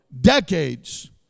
decades